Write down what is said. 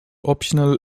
optional